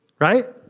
right